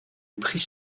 prix